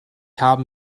haben